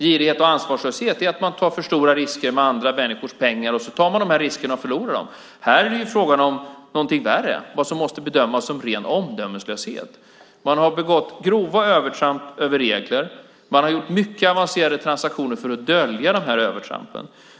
Girighet och ansvarslöshet är att man tar för stora risker med andra människors pengar. Man tar de här riskerna och förlorar pengarna. Här är det fråga om någonting värre, vad som måste bedömas som ren omdömeslöshet. Man har gjort grova övertramp när det gäller regler. Man har gjort mycket avancerade transaktioner för att dölja de här övertrampen.